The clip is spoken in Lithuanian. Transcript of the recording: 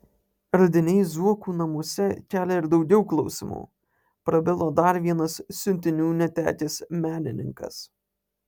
radiniai zuokų namuose kelia ir daugiau klausimų prabilo dar vienas siuntinių netekęs menininkas